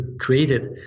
created